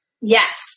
Yes